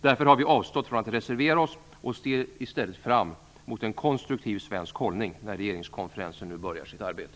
Därför har vi avstått från att reservera oss och ser i stället fram emot en konstruktiv svensk hållning när regeringskonferensen nu börjar sitt arbete.